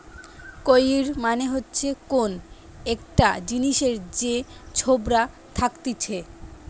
কৈর মানে হচ্ছে কোন একটা জিনিসের যে ছোবড়া থাকতিছে